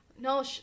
no